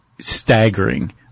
staggering